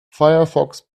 firefox